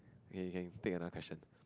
okay you can take another question